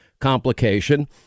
complication